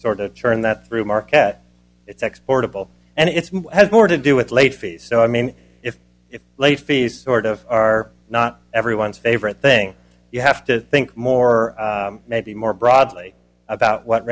sort of churn that through marquette it's exportable and it's has more to do with late fees so i mean if it's late fees sort of are not everyone's favorite thing you have to think more maybe more broadly about what